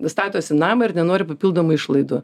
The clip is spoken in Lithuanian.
statosi namą ir nenori papildomų išlaidų